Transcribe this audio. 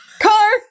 car